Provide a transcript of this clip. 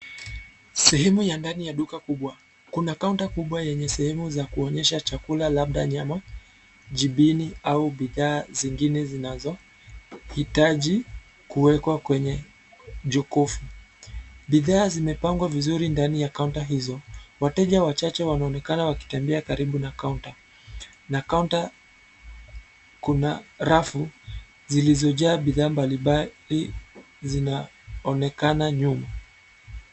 Sehemu ya ndani ya duka kubwa. Kuna kaunta kubwa yenye sehemu za kuonyesha chakula labda nyama, jibini au bidhaa zingine zinazohitaji kuwekwa kwenye jokofu. Bidhaa zimepangwa vizuri ndani ya kaunta hizo. Wateja wachache wanaonekana wakitembea karibu na kaunta, na kaunta kuna rafu zilizojaa bidhaa mbalimbali zinaonekana nyuma.